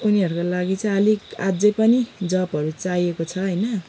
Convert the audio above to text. उनीहरूको लागि चाहिँ अलिक अझै पनि जबहरू चाहिएको छ होइन